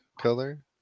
color